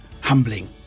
humbling